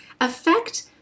affect